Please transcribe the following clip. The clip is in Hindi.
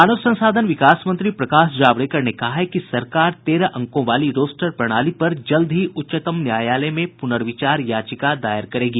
मानव संसाधन विकास मंत्री प्रकाश जावेडकर ने कहा है कि सरकार तेरह अंकों वाली रोस्टर प्रणाली पर जल्द ही उच्चतम न्यायालय में पूनर्विचार याचिका दायर करेगी